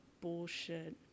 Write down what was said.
bullshit